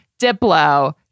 Diplo